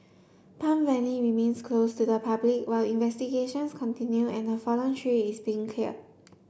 Palm Valley remains closed to the public while investigations continue and the fallen tree is being care